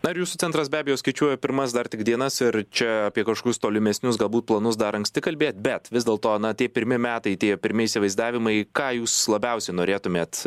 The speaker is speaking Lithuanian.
dar jūsų centras be abejo skaičiuoja pirmas dar tik dienas ir čia apie kažkokius tolimesnius galbūt planus dar anksti kalbėt bet vis dėlto na tie pirmi metai tie pirmi įsivaizdavimai ką jūs labiausiai norėtumėt